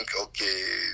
Okay